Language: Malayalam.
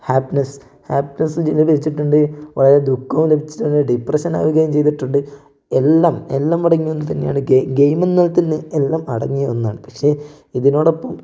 ഹാപ്പിനെസ്സ് ഹാപ്പിനെസ്സ് ഇതിന്ന് ലഭിച്ചിട്ടുണ്ട് വളരെ ദുഖവും ലഭിച്ചിട്ടുണ്ട് ഡിപ്രഷൻ ആവുകയും ചെയ്തിട്ടുണ്ട് എല്ലാം എല്ലാം പാടെ ഒന്നു തന്നെയാണ് ഗെയിം ഗെയിമെന്നാല് തന്നെ എല്ലാം അടങ്ങിയ ഒന്നാണ് പക്ഷേ ഇതിനോടൊപ്പം